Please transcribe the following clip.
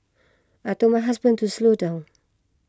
I told my husband to slow down